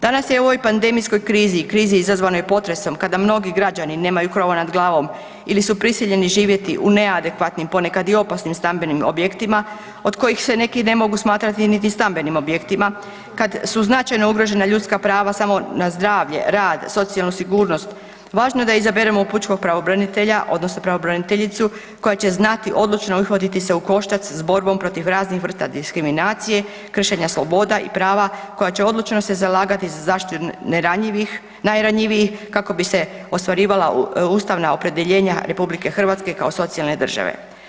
Danas je u ovoj pandemijskoj krizi, krizi izazvanoj potresom kada mnogi građani nemaju krova nad glavom ili su prisiljeni živjeti u neadekvatnim, ponekad i opasnim stambenim objektima od kojih se neki ne mogu smatrati niti stambenim objektima, kad su značajno ugrožena ljudska prava samo na zdravlje, rad socijalnu sigurnost važno je da izaberemo pučkog pravobranitelja, odnosno pravobraniteljicu koja će znati odlučno uhvatiti se u koštac s borbom protiv raznih vrsta diskriminacije, kršenja sloboda i prava koja će odlučno se zalagati za zaštitu najranjivijih kako bi se osigurala ustavna opredjeljenja RH kao socijalne države.